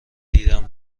دیدن